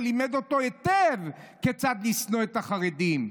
שלימד אותו היטב כיצד לשנוא את החרדים.